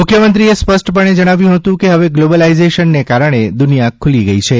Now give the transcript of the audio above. મુખ્યમંત્રીશ્રીએ સ્પષ્ટપણે જણાવ્યું કે હવે ગ્લોબલાઇઝેશનને કારણે દુનિયા ખૂલી ગઇ છે